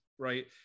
right